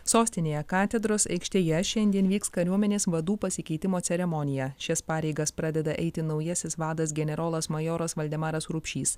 sostinėje katedros aikštėje šiandien vyks kariuomenės vadų pasikeitimo ceremonija šias pareigas pradeda eiti naujasis vadas generolas majoras valdemaras rupšys